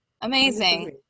Amazing